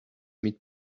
mit